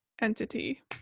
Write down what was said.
entity